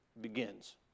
begins